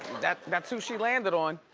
that's who she landed on.